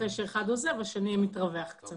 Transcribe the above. אחרי שאחד עוזב השני מתרווח קצת.